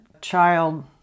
child